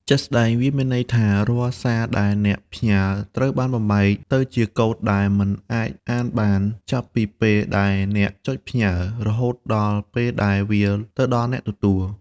ជាក់ស្ដែង វាមានន័យថា រាល់សារដែលអ្នកផ្ញើ ត្រូវបានបំលែងទៅជាកូដដែលមិនអាចអានបាន ចាប់ពីពេលដែលអ្នកចុចផ្ញើ រហូតដល់ពេលដែលវាទៅដល់អ្នកទទួល។